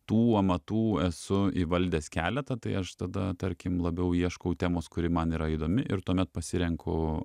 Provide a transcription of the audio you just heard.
tų amatų esu įvaldęs keletą tai aš tada tarkim labiau ieškau temos kuri man yra įdomi ir tuomet pasirenku